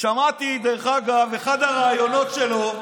שמעתי, דרך אגב, באחד הראיונות שלו,